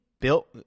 built